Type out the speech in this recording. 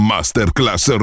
Masterclass